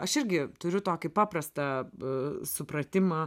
aš irgi turiu tokį paprastą supratimą